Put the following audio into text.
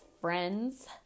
friends